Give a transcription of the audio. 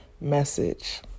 message